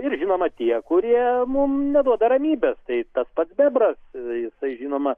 ir žinoma tie kurie mum neduoda ramybės tai tas pats bebras jisai žinoma